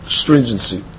stringency